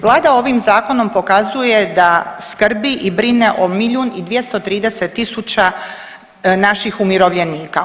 Vlada ovim Zakonom pokazuje da skrbi i brine o milijun i 230 tisuća naših umirovljenika.